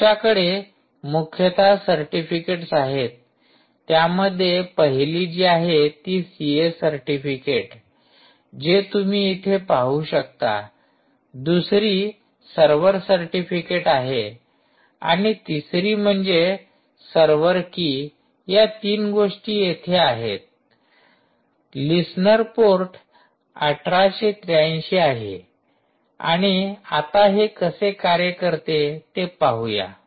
तुमच्याकडे मुख्यतः सर्टिफिकेट आहेत त्यामध्ये पहिली जी आहे ती सीए सर्टिफिकेट जे तुम्ही इथे पाहू शकता दुसरी सर्वर सर्टिफिकेट आहे आणि तिसरी गोष्ट म्हणजे सर्वर की या तीन गोष्टी इथे आहेतलिसनर पोर्ट 1883 आहे आणि आता हे कसे कार्य करते ते पाहूया